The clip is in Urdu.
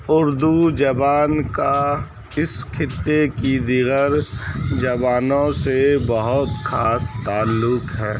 اردو زبان کا اس خطے کی دیگر جبانوں سے بہت خاص تعلق ہے